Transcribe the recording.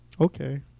Okay